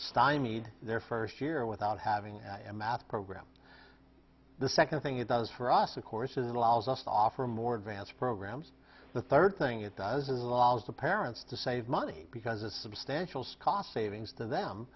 stymied their first year without having a math program the second thing it does for us of course is it allows us to offer more advanced programs the third thing it does is allows the parents to save money because a substantial scott savings to them